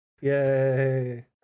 Yay